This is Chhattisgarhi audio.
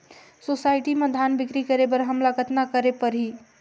सोसायटी म धान बिक्री करे बर हमला कतना करे परही?